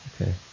Okay